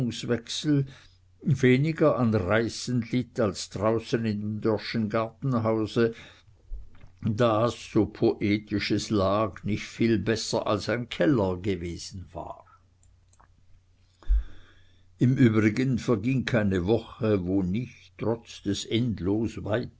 weniger an reißen litt als draußen in dem dörrschen gartenhause das so poetisch es lag nicht viel besser als ein keller gewesen war im übrigen verging keine woche wo nicht trotz des endlos weiten